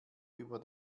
über